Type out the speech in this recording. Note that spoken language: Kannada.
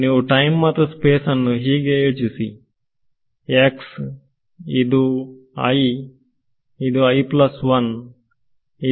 ನೀವು ಟೈಮ್ ಮತ್ತು ಸ್ಪೇಸ್ ಅನ್ನು ಹೀಗೆ ಯೋಚಿಸಿ x ಇದು ಇದು ಇದು